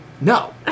No